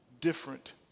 different